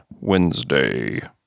Wednesday